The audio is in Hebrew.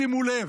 שימו לב.